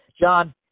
John